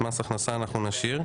הכנסה אנחנו נשאיר.